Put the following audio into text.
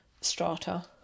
strata